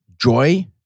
joy